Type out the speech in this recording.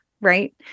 right